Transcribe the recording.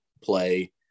play